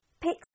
Pick